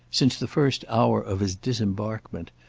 since the first hour of his disembarkment,